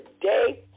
today